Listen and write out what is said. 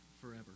forever